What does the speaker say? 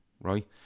right